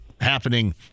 happening